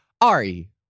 Ari